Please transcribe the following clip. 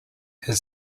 had